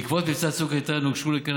בעקבות מבצע צוק איתן הוגשו לקרן